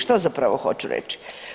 Što zapravo hoću reći?